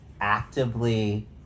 actively